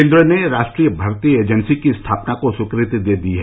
केन्द्र ने राष्ट्रीय भर्ती एजेंसी की स्थापना को स्वीकृति दे दी है